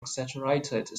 exaggerated